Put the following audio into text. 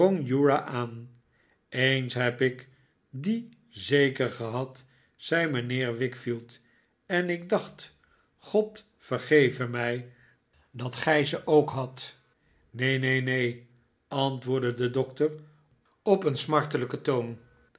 eens heb ik die zeker gehad zei mijnheer wickfield en ik dacht god vergeve mij dat gij ze ook hadt neen neen neen antwoordde de doctor op een smartelijken toon